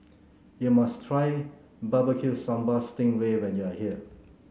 you must try Barbecue Sambal Sting Ray when you are here